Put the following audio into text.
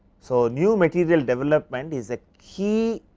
so, new material development is the key